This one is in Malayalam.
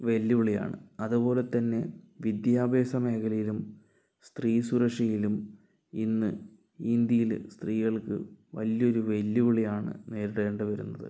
വെല്ലുവിളി ആണ് അതുപോലെ തന്നെ വിദ്യാഭ്യാസ മേഖലയിലും സ്ത്രീ സുരക്ഷയിലും ഇന്ന് ഇന്ത്യയിലെ സ്ത്രീകൾക്ക് വലിയൊരു വെല്ലുവിളി ആണ് നേരിടേണ്ടി വരുന്നത്